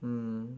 mm